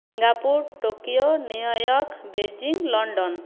Singapore Tokyo New York Beijing London